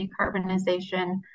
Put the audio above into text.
decarbonization